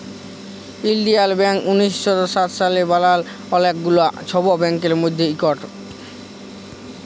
ইলডিয়াল ব্যাংক উনিশ শ সাত সালে বালাল অলেক গুলা ছব ব্যাংকের মধ্যে ইকট